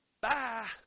bye